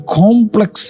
complex